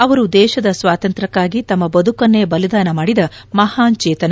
ಅವರು ದೇಶದ ಸ್ವಾತಂತ್ರಕ್ಲಾಗಿ ತಮ್ಮ ಬದುಕನ್ನೇ ಬಲಿದಾನ ಮಾಡಿದ ಮಹಾನ್ ಚೇತನ